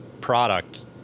product